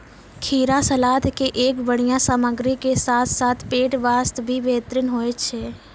खीरा सलाद के एक बढ़िया सामग्री के साथॅ साथॅ पेट बास्तॅ भी बेहतरीन होय छै